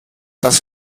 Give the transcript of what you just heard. das